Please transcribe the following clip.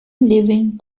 leaving